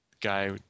guy